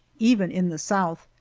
even in the south,